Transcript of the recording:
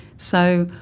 so,